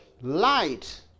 Light